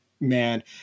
man